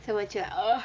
then 我们就 like err